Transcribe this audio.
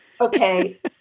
Okay